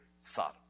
Sodom